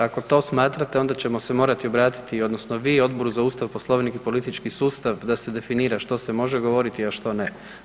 Ako to smatrate, onda ćemo se morati obratiti odnosno vi, Odboru za Ustav, Poslovnik i politički sustav da se definira što se može govoriti a što ne.